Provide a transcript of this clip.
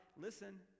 listen